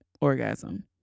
orgasm